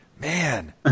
Man